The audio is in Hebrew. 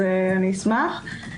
אשמח.